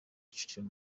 kicukiro